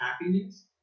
happiness